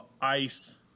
ice